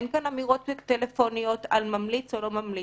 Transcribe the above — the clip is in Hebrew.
אין כאן אמירות טלפוניות על ממליץ או לא ממליץ,